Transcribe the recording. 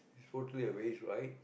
is totally a waste right